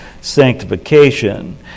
sanctification